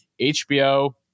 HBO